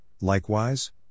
likewise